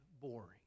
boring